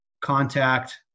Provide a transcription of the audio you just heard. contact